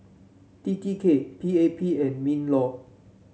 T T K P A P and Minlaw